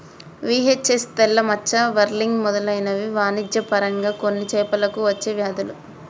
VHS, తెల్ల మచ్చ, whirling మెదలైనవి వాణిజ్య పరంగా కొన్ని చేపలకు అచ్చే వ్యాధులు